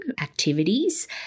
activities